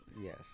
Yes